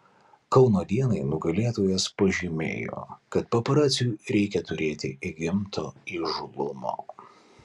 kauno dienai nugalėtojas pažymėjo kad paparaciui reikia turėti įgimto įžūlumo